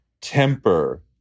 temper